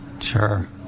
Sure